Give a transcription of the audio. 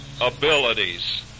abilities